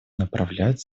направлять